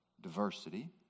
Diversity